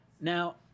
Now